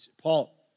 Paul